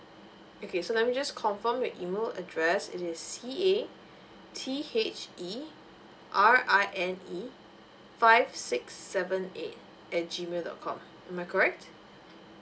okay so let me just confirm your email address it is C_A_T_H_E_R_I_N_E five six seven eight at G mail dot com am I correct